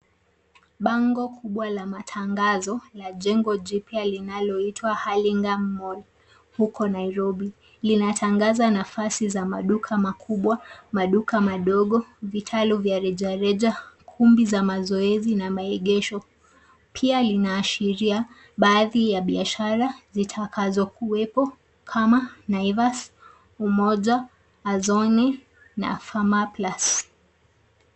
Bango kubwa la matangazo la jengo jipya linaloitwa (cs) Hullingham mall huko Nairobi lina tangaza nafasi za maduka makubwa, maduka madogo, vitalu vya rejareja, ukumbi za mazoezi na maegesho. Pia linaashiria baadhi ya biashara zitakazo kuwepo kama (cs)Naivas(cs), Umoja, Azoni na (cs) Pharmaplus (cs).